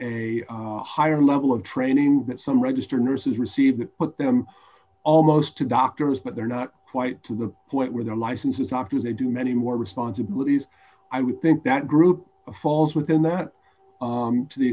a higher level of training that some registered nurses receive put them almost to doctors but they're not quite to the point where their license is talking as they do many more responsibilities i would think that group falls within that to the